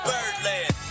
Birdland